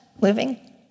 living